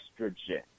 estrogen